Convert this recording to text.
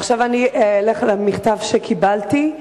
עכשיו למכתב שקיבלתי.